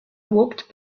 walked